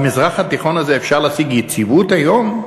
במזרח התיכון הזה אפשר להשיג יציבות היום?